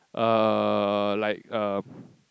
uh like err